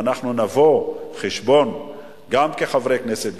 ואנחנו נבוא חשבון גם כחברי כנסת,